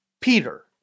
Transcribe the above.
Peter